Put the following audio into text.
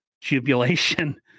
jubilation